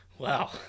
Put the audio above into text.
Wow